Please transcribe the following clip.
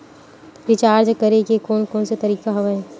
Recharge करे के कोन कोन से तरीका हवय?